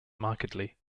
markedly